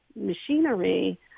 machinery